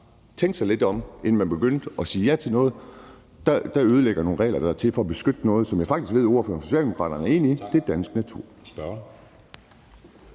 tænkte sig lidt om, inden man begyndte at sige ja til noget, der ødelægger noget ved at ændre nogle regler, der er til for at beskytte noget, som jeg faktisk ved ordføreren for Socialdemokraterne er enig i, nemlig dansk natur.